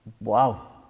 Wow